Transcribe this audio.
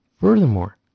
Furthermore